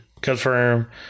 confirm